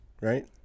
right